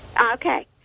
Okay